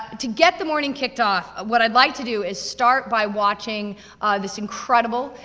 to get the morning kicked off, what i'd like to do is start by watching this incredible,